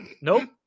Nope